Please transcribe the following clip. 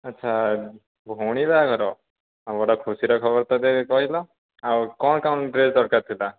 ଆଚ୍ଛା ଭଉଣୀ ବାହାଘର ଆ ବଡ଼ ଖୁସିର ଖବର ତ କହିଲ ଆଉ କ'ଣ କ'ଣ ଡ୍ରେସ ଦରକାର ଥିଲା